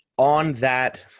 on that